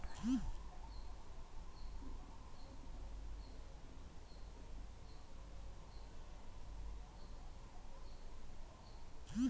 ಮರಗಳು ಗಾಳಿನ ಶುದ್ಧೀಕರ್ಸೋ ಪ್ರಮುಖ ಪಾತ್ರವಹಿಸ್ತದೆ ಉತ್ತಮ ಮಳೆಬರ್ರ್ಸೋಕೆ ಮರ ಸಹಾಯಕವಾಗಯ್ತೆ